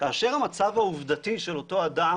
כאשר המצב העובדתי של אותו אדם,